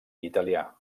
italià